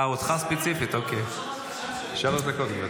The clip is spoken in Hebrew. מאחר שהוא שאל אותי שאלה, אז אני עונה לו.